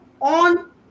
on